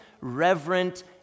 reverent